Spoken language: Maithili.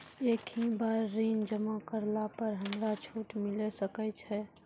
एक ही बार ऋण जमा करला पर हमरा छूट मिले सकय छै?